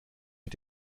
mit